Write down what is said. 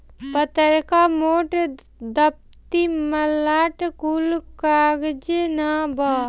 पतर्का, मोट, दफ्ती, मलाट कुल कागजे नअ बाअ